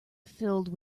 filled